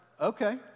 okay